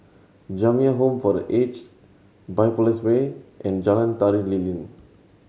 Jamiyah Home for The Aged Biopolis Way and Jalan Tari Lilin